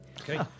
Okay